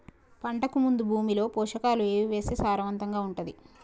పంటకు ముందు భూమిలో పోషకాలు ఏవి వేస్తే సారవంతంగా ఉంటది?